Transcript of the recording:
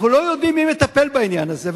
אנחנו לא יודעים מי מטפל בעניין הזה,